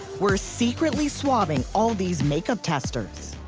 we're secretly swabbing all these make-up testers.